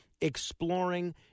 exploring